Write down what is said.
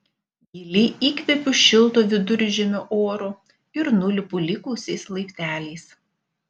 giliai įkvepiu šilto viduržemio oro ir nulipu likusiais laipteliais